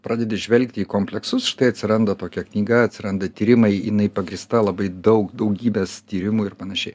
pradedi žvelgti į kompleksus štai atsiranda tokia knyga atsiranda tyrimai jinai pagrįsta labai daug daugybės tyrimų ir panašiai